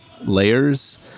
layers